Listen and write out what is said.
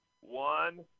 one